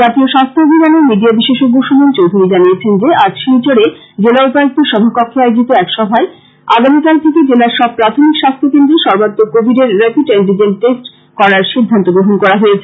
জাতীয় স্বাস্থ্য অভিযানের মিডিয়া বিশেষজ্ঞ সুমন চৌধুরী জানান যে আজ শিলচরে জেলা উপায়ুক্তের সভাকক্ষে আয়োজিত এক সভায় আগামীকাল থেকে জেলার সব প্রাথমিক স্বাস্থ্য কেন্দ্রে সর্বাতক কোবিডের রেপিড এন্টিজেন টেষ্ট করার সিদ্ধান্ত হয়েছে